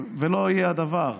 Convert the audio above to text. ולא היא הדבר.